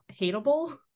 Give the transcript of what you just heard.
hateable